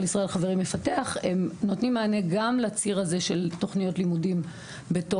ישראל חברים" מפתח הם נותנים מענה גם לציר הזה של תוכניות לימודים בתוך